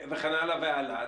וכן הלאה והלאה.